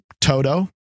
Toto